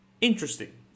Interesting